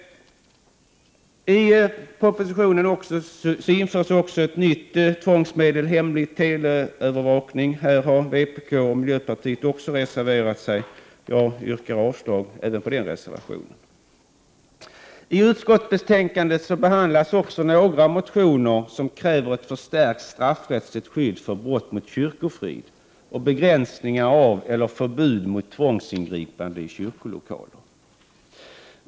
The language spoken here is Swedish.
I propositionen föreslås också ett införande av ett nytt tvångsmedel, nämligen hemlig teleövervakning. Här har vpk och miljöpartiet också reserverat sig. Jag yrkar avslag även på den reservationen. I utskottsbetänkandet behandlas också några motioner i vilka man kräver ett förstärkt straffrättsligt skydd för brott mot kyrkofriden och begränsningar av eller förbud mot tvångsingripanden i kyrkolokaler.